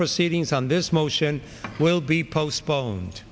proceedings on this motion will be postpone